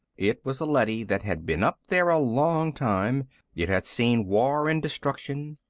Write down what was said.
it was a leady that had been up there a long time it had seen war and destruction,